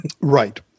Right